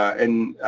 and